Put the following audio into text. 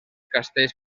castells